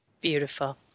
Beautiful